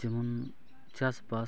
ᱡᱮᱢᱚᱱ ᱪᱟᱥᱵᱟᱥ